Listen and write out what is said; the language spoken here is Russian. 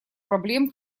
проблем